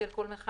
בשל כל מכל,